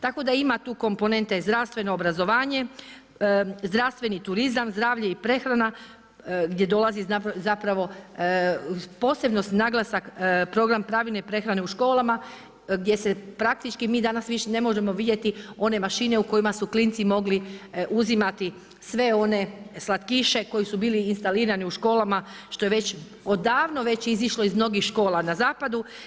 Tako da ima tu komponente zdravstveno obrazovanje, zdravstveni turizam, zdravlje i prehrana gdje dolazi zapravo posebno naglasak Program pravilne prehrane u školama gdje se praktički mi danas više ne možemo vidjeti one mašine u kojima su klinci mogli uzimati sve one slatkiše koji su bili instalirani u školama što je već odavno već izišlo iz mnogih škola na zapadu.